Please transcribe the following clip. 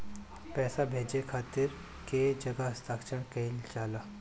पैसा भेजे के खातिर कै जगह हस्ताक्षर कैइल जाला?